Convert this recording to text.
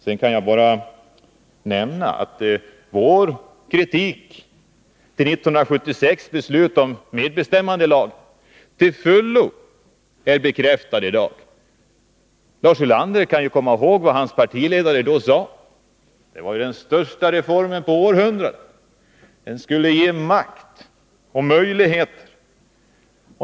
Sedan kan jag bara nämna att vår kritik mot 1976 års beslut om Nr 43 medbestämmandelag till fullo är bekräftad i dag. Lars Ulander kan ju Onsdagen den komma ihåg vad hans partiledare då sade: Det var den största reformen på 8 december 1982 århundraden, den skulle ge makt och nya möjligheter.